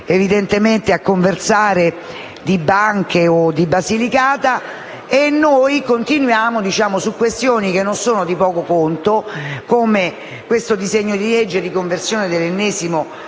evidentemente conversando di banche o di Basilicata e noi continuiamo a intervenire su questioni che non sono di poco conto, come di questo disegno di legge di conversione dell'ennesimo